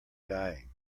dying